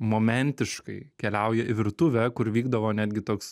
momentiškai keliauja į virtuvę kur vykdavo netgi toks